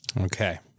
Okay